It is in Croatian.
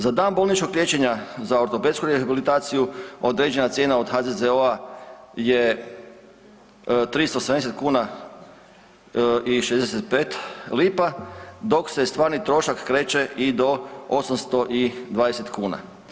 Za dan bolničkog liječenja za ortopedsku rehabilitaciju određena cijena od HZZO je 370 kuna i 65 lipa, dok se stvarni trošak kreće i do 820 kuna.